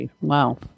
Wow